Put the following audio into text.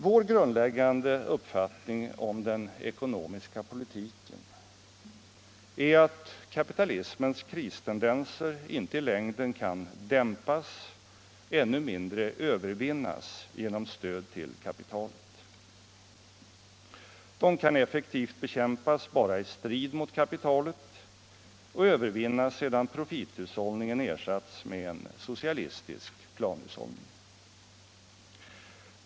Vår grundläggande uppfattning om den ekonomiska politiken är att kapitalismens kristendenser inte i längden kan dämpas och ännu mindre övervinnas genom stöd till kapitalet. De kan effektivt bekämpas bara i strid mot kapitalet och övervinnas sedan profithushållningen ersatts med en socialistisk planhushållning.